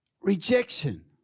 rejection